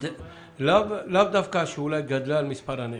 לאו דווקא שאולי גדל מספר הנכים.